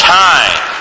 time